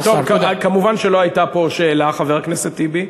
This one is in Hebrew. מובן שלא הייתה פה שאלה, חבר הכנסת טיבי.